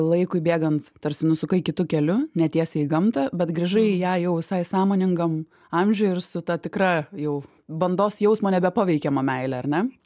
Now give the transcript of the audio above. laikui bėgant tarsi nusukai kitu keliu ne tiesiai į gamtą bet grįžai į ją jau visai sąmoningam amžiuj ir su ta tikra jau bandos jausmo nebe paveikiama meile ar ne